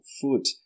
foot